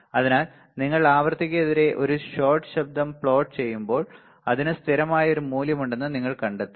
അതിനാൽ നിങ്ങൾ ആവൃത്തിക്കെതിരെ ഒരു ഷോട്ട് ശബ്ദം പ്ലോട്ട് ചെയ്യുമ്പോൾ അതിന് സ്ഥിരമായ ഒരു മൂല്യമുണ്ടെന്ന് നിങ്ങൾ കണ്ടെത്തും